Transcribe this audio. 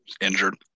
Injured